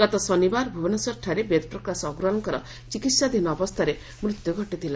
ଗତ ଶନିବାର ଭୁବନେଶ୍ୱରଠାରେ ବେଦପ୍ରକାଶ ଅଗ୍ରୱାଲଙ୍କର ଚିକିତ୍ସାଧୀନ ଅବସ୍ଥାରେ ମୃତ୍ୟୁ ଘଟିଥିଲା